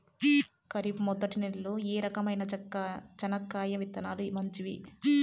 ఖరీఫ్ మొదటి నెల లో ఏ రకమైన చెనక్కాయ విత్తనాలు మంచివి